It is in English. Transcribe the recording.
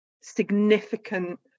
significant